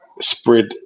spread